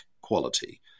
quality